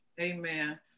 Amen